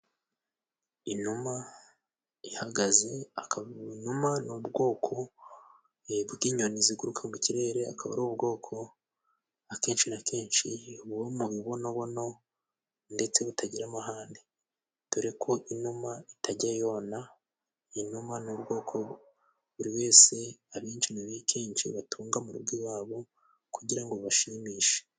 Inuma ihagaze aka inuma n'ubwoko bw'inyoni ziguruka mu kirere akaba ari ubwoko akenshi na kenshi uwo mu mibonobono ndetse butagira amahane dore ko inuma itajya yona. Inuma n'ubwoko buri wese abenshi kenshi batunga mu rugo iwabo kugira ngo bashimishe.